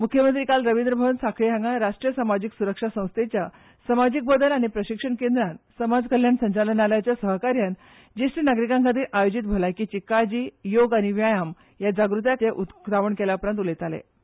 म्ख्यमंत्री आयज रविंद्र भवन साखळी हांगा राष्ट्रीय सामाजीक स्रक्षा संस्थेच्या सामाजीक बदल आनी प्रशिक्षण केंद्रान समाज कल्याण संचालनालयाच्या सहकार्यान ज्येश्ठ नागरिकांखातीर आयोजीत भलायकेची काळजी योगा आनी व्यायाम जागृताय कार्यक्रमाचे उकतावण केले उपरांत उलयताना सांगले